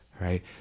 Right